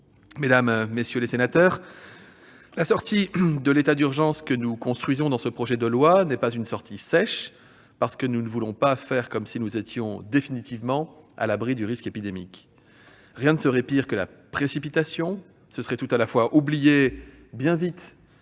Mesdames, messieurs les sénateurs, la sortie de l'état d'urgence que nous construisons dans ce projet de loi n'est pas une sortie sèche, parce que nous ne voulons pas faire comme si nous étions définitivement à l'abri du risque épidémique. Rien ne serait pire que la précipitation : ce serait tout à la fois oublier bien vite